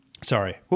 Sorry